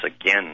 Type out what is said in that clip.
again